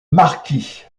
marquis